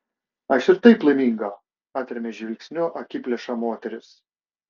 aš ir taip laiminga atrėmė žvilgsniu akiplėšą moteris